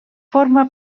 forma